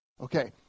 okay